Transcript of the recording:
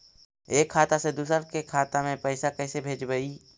एक खाता से दुसर के खाता में पैसा कैसे भेजबइ?